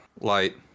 light